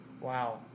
wow